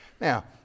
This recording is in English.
Now